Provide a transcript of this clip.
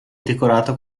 decorata